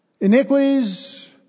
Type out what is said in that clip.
Iniquities